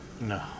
No